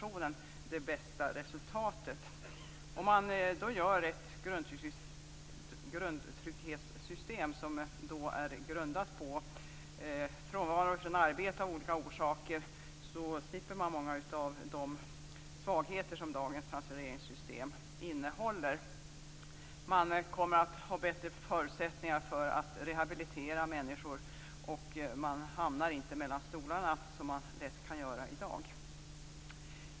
Om man åstadkommer ett grundtrygghetssystem som är grundat på frånvaro från arbetet av olika orsaker slipper man många av de svagheter som dagens transfereringssystem innehåller. Det kommer att finnas bättre förutsättningar för att rehabilitera människor och man hamnar inte mellan stolarna, som man i dag lätt kan göra.